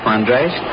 Andres